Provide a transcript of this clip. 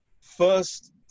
first